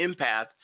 empath